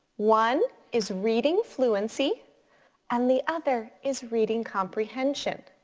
one is reading fluency and the other is reading comprehension.